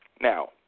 now